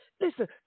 Listen